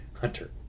Hunter